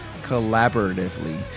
collaboratively